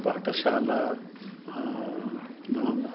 पाठशाला नां